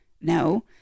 No